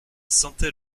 sentait